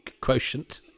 quotient